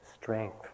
strength